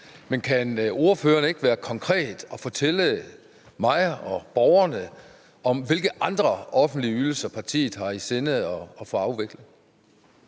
Men kan ordføreren ikke være konkret og fortælle mig og borgerne om, hvilke andre offentlige ydelser partiet har i sinde at få afviklet?